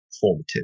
formative